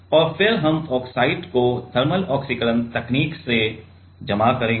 और फिर हम ऑक्साइड को थर्मल ऑक्सीकरण तकनीक में जमा करेंगे